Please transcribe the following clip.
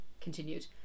continued